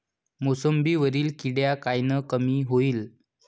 मोसंबीवरील डिक्या कायनं कमी होईल?